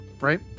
right